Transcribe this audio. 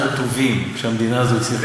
אחד הטובים שהמדינה הזאת הצליחה להעמיד,